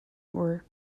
were